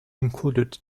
included